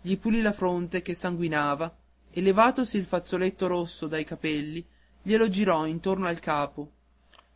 gli pulì la fronte che sanguinava e levatosi il fazzoletto rosso dai capelli glie lo girò intorno al capo